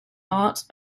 arts